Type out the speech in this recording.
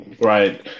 right